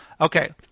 Okay